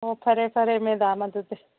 ꯍꯣꯏ ꯐꯔꯦ ꯐꯔꯦ ꯃꯦꯗꯥꯝ ꯑꯗꯨꯗꯤ